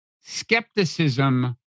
skepticism